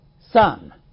Son